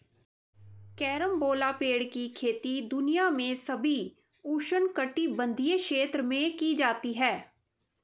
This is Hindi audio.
कैरम्बोला पेड़ की खेती दुनिया के सभी उष्णकटिबंधीय क्षेत्रों में की जाती है